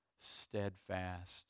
steadfast